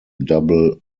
double